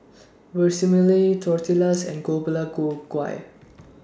Vermicelli Tortillas and Gui